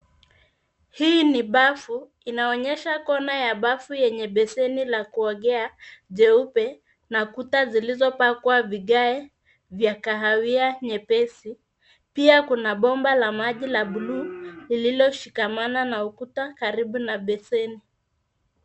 Hii ni bafu inaonyesha kona ya bafu yenye beseni la kuogea jeupe na kuta zilizopakwa vigae vya kahawia nyepesi pia kuna bomba la maji la buluu lililoshikamana na ukuta karibu na beseni